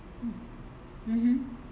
mm mmhmm